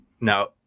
Now